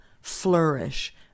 flourish